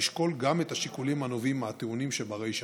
עליו לשקול גם את השיקולים הנובעים מהטיעונים שברישא.